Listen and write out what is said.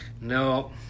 No